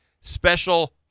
special